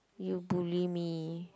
you bully me